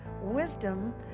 wisdom